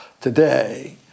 today